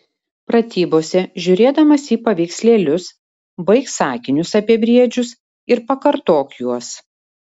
pratybose žiūrėdamas į paveikslėlius baik sakinius apie briedžius ir pakartok juos